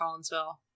Collinsville